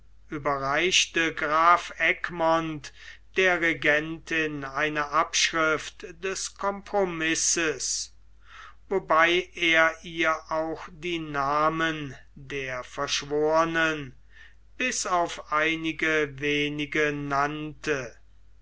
überreichte graf egmont der regentin eine abschrift des compromisses wobei er ihr auch die namen der verschworen bis auf einige wenige nannte